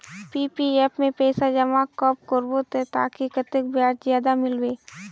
PPF में पैसा जमा कब करबो ते ताकि कतेक ब्याज ज्यादा मिलबे?